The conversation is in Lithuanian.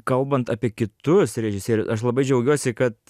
kalbant apie kitus režisieriu aš labai džiaugiuosi kad